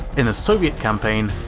in the soviet campaign,